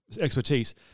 expertise